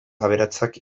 aberatsak